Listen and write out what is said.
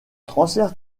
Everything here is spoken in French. transfert